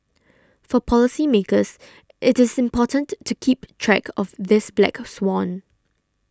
for policymakers it is important to keep track of this black swan